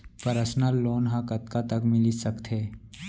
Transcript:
Personal loan ह कतका तक मिलिस सकथे?